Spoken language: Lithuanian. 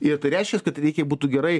ir tai reiškias kad r eikiai būtų gerai